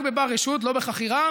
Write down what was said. רק בבר-רשות ולא בחכירה.